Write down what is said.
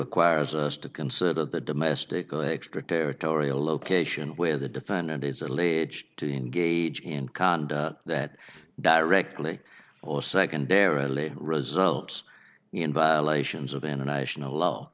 requires us to consider that domestic extraterritorial location where the defendant is alleged to engage in conduct that directly or secondarily results in violations of international law